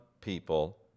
people